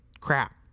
crap